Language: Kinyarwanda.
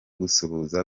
gusuhuza